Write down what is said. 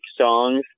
songs